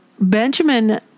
Benjamin